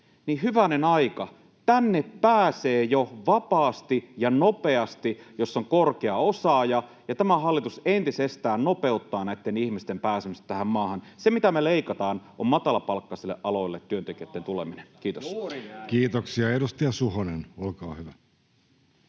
hyvänen aika, tänne pääsee jo vapaasti ja nopeasti, jos on korkea osaaja, ja tämä hallitus entisestään nopeuttaa näitten ihmisten pääsemistä tähän maahan. Se, mitä me leikataan, on työntekijöitten tuleminen matalapalkkaisille aloille. [Tuomas Kettunen: Ja maaseudusta!] — Kiitos. Kiitoksia. — Edustaja Suhonen, olkaa hyvä.